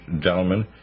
gentlemen